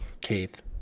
Keith